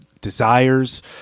desires